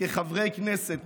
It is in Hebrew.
כחברי כנסת,